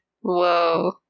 Whoa